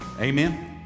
Amen